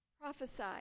Prophesy